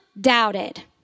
doubted